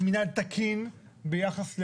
מנהל תקין ביחס,